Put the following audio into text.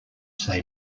say